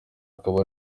akaba